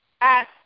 ask